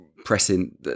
pressing